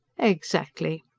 exactly.